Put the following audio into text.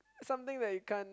something that you can't